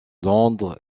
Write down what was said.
londres